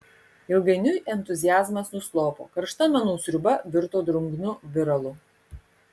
ilgainiui entuziazmas nuslopo karšta menų sriuba virto drungnu viralu